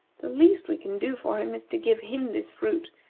the least we can do for him is to give him this fruit,